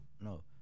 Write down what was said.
no